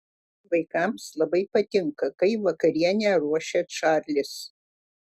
vaikams labai patinka kai vakarienę ruošia čarlis